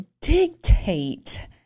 dictate